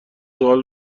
سوال